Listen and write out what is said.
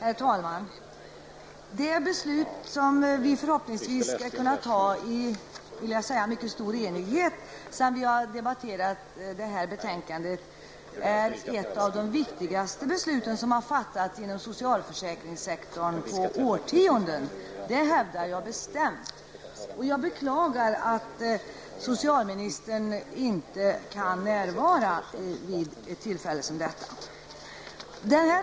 Herr talman! Det beslut som vi förhoppningsvis skall kunna fatta i stor enighet sedan vi har debatterat socialförsäkringsutskottets betänkande nr 18 är ett av de viktigaste besluten som har fattats inom socialförsäkringssektorn på årtionden. Det hävdar jag bestämt. Jag beklagar att socialministern inte kan närvara vid ett tillfälle som detta.